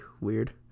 weird